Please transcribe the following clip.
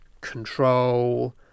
control